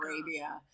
arabia